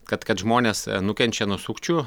kad kad žmonės nukenčia nuo sukčių